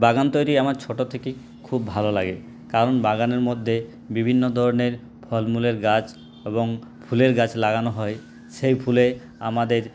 বাগান তৈরি আমার ছোটো থেকেই খুব ভালো লাগে কারণ বাগানের মধ্যে বিভিন্ন ধরনের ফলমূলের গাছ এবং ফুলের গাছ লাগানো হয় সেই ফুলে আমাদের